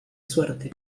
suerte